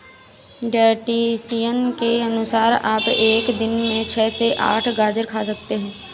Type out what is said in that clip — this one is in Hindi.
डायटीशियन के अनुसार आप एक दिन में छह से आठ गाजर खा सकते हैं